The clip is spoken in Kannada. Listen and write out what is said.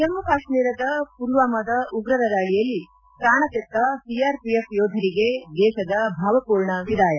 ಜಮ್ಮ ಕಾಶ್ವೀರದ ಪುಲ್ವಾಮಾದ ಉಗ್ರರ ದಾಳಿಯಲ್ಲಿ ಪ್ರಾಣ ತೆತ್ತ ಸಿಆರ್ ಒಎಫ್ ಯೋಧರಿಗೆ ದೇಶದ ಭಾವಪೂರ್ಣ ವಿದಾಯ